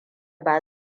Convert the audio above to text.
ba